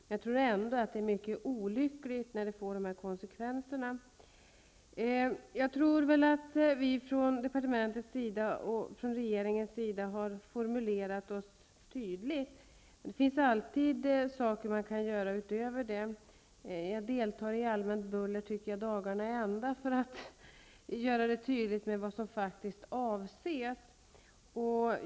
Men jag tror ändå att det är mycket olyckligt när det får dessa konsekvenser. Vi har från departementets och regeringens sida formulerat oss tydligt. Det finns alltid saker som kan göras utöver detta. Jag tycker att jag dagarna i ända deltar i ett allmänt buller för att tydliggöra vad som faktiskt avses.